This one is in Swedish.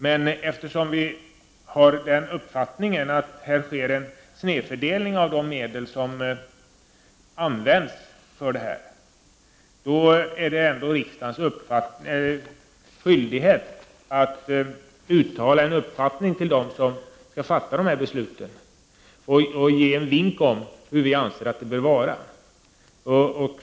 Men eftersom vi har uppfattningen att det sker en snedfördelning av medlen, är det ändå riksdagens skyldighet att uttala sin uppfattning för dem som skall fatta besluten och därmed ge en vink om hur vi anser att det bör vara.